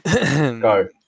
Go